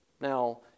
Now